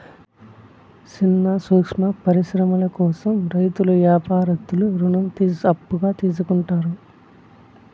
సిన్న సూక్ష్మ పరిశ్రమల కోసం రైతులు యాపారత్తులు రుణం అప్పుగా తీసుకుంటారు